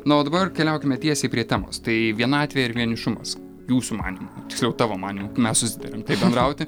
na o dabar keliaukime tiesiai prie temos tai vienatvė ir vienišumas jūsų manymu tiksliau tavo manymu mes susitarėm taip bendrauti